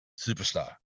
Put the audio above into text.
superstar